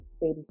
baby